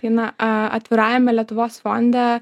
na atvirajame lietuvos fonde